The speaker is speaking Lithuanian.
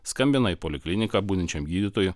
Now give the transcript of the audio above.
skambina į polikliniką budinčiam gydytojui